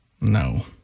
No